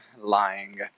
lying